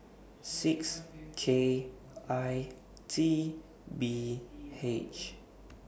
six K I T B H